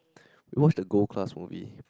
we watched the gold class movie